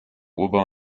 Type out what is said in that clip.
ober